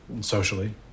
socially